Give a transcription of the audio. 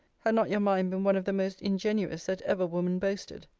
have not your mind been one of the most ingenuous that ever woman boasted.